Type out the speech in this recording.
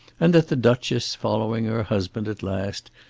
and that the duchess, following her husband at last,